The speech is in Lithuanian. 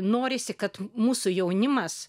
norisi kad mūsų jaunimas